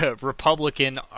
Republican